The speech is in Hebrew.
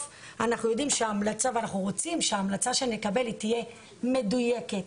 אנחנו רוצים שההמלצה שנקבל תהיה מדויקת,